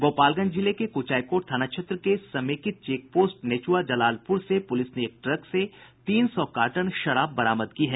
गोपालगंज जिले के क्चायकोट थाना क्षेत्र के समेकित चेकपोस्ट नेच्आ जलालपुर से पुलिस ने एक ट्रक से तीन सौ कार्टन विदेशी शराब बरामद की है